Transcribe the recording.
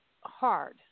hard